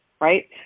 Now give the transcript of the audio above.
right